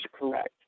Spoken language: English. correct